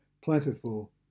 plentiful